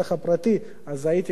אז הייתי גם מצפה ממך,